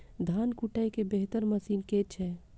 धान कुटय केँ बेहतर मशीन केँ छै?